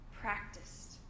practiced